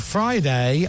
Friday